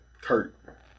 Kurt